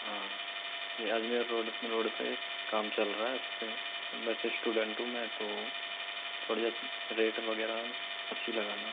हाँ ये Ajmer road road पे काम चल रहा है उसपे वैसे स्टूडेंट हूँ मैं तो थोड़ी रेट वगैरह अच्छी लगाना